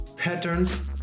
patterns